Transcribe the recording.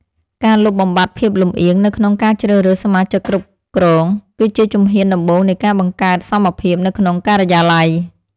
ការលុបបំបាត់ភាពលំអៀងនៅក្នុងការជ្រើសរើសសមាជិកគ្រប់គ្រង គឺជាជំហានដំបូងនៃការបង្កើតសមភាពនៅក្នុងការិយាល័យ។